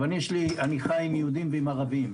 אני חי עם יהודים ועם ערבים.